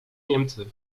niemcy